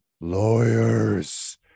lawyers